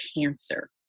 cancer